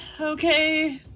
okay